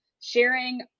sharing